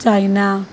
China